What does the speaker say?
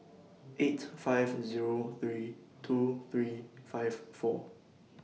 eight five Zero three two three five four